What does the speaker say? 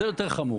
זה יותר חמור.